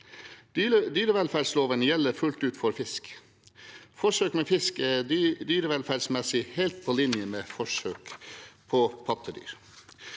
Dyrevelferdsloven gjelder fullt ut for fisk. Forsøk med fisk er dyrevelferdsmessig helt på linje med forsøk på pattedyr.